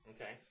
okay